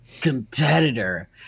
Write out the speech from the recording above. competitor